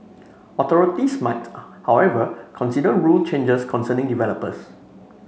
authorities might however consider rule changes concerning developers